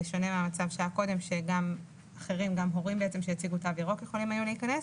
בשונה מהמצב שהיה קודם שגם הורים שיציגו תו ירוק יכולים להיכנס.